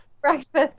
breakfast